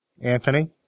Anthony